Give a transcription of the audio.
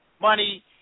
money